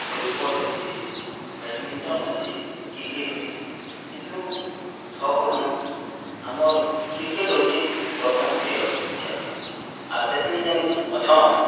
volleyball ଅଛି badminton ଅଛି cricket ଅଛି କିନ୍ତୁ ସବୁନୁ ଆମର୍ କ୍ରିକେଟ୍ ହଉଛେ ପ୍ରଥମ୍ ପ୍ରିୟ ଖେଲ ଆର୍ ସେଥି ଯେନ୍ ଅଛନ୍